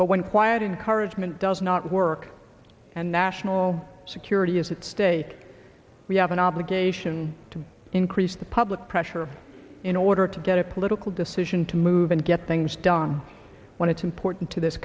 but when quiet encouragement does not work and national security is at stake we have an obligation to increase the public pressure in order to get a political decision to move and get things done when it's important to this